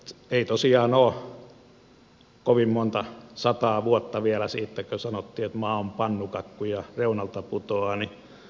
ei tosiaan ole kovin monta sataa vuotta vielä siitä kun sanottiin että maa on pannukakku ja reunalta putoaa